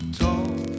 talk